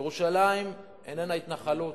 ירושלים איננה התנחלות,